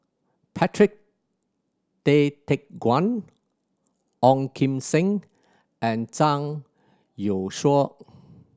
Patrick Tay Teck Guan Ong Kim Seng and Zhang Youshuo